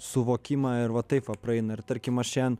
suvokimą ir va taip va praeina ir tarkim aš šiandien